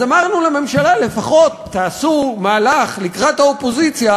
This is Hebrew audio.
אז אמרנו לממשלה: לפחות תעשו מהלך לקראת האופוזיציה